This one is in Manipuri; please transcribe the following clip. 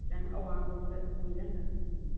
ꯈꯖꯤꯛꯇꯪ ꯑꯋꯥꯡ ꯂꯣꯝꯗ ꯆꯪꯖꯜꯂꯒ ꯑꯗꯨꯝ